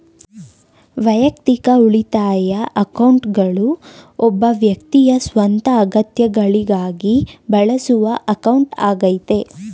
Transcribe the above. ವೈಯಕ್ತಿಕ ಉಳಿತಾಯ ಅಕೌಂಟ್ಗಳು ಒಬ್ಬ ವ್ಯಕ್ತಿಯ ಸ್ವಂತ ಅಗತ್ಯಗಳಿಗಾಗಿ ಬಳಸುವ ಅಕೌಂಟ್ ಆಗೈತೆ